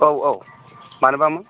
औ औ मानोबामोन